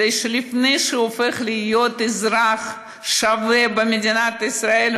כי לפני שהוא הופך להיות אזרח שווה במדינת ישראל,